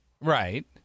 Right